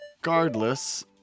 regardless